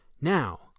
Now